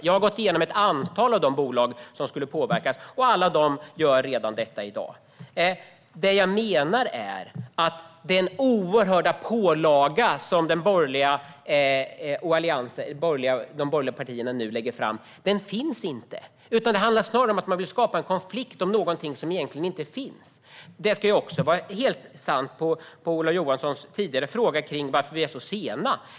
Jag har gått igenom ett antal av de bolag som skulle påverkas, och alla gör detta redan i dag. Den oerhörda pålaga som de borgerliga partierna talar om finns inte. Det handlar snarare om att man vill skapa en konflikt om någonting som egentligen inte finns. Ola Johansson ställde tidigare en fråga om varför vi är så sena.